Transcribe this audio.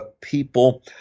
people